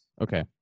Okay